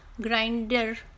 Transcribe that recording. grinder